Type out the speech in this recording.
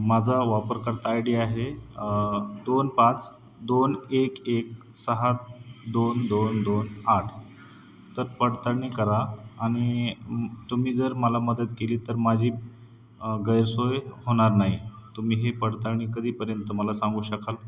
माझा वापरकर्ता I D आहे दोन पाच दोन एक एक सहा दोन दोन दोन आठ तर पडताळणी करा आणि तुम्ही जर मला मदत केली तर माझी गैरसोय होणार नाही तुम्ही हे पडताळणी कधीपर्यंत मला सांगू शकाल